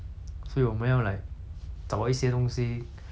来 motivate 我们 lor like 我们不可以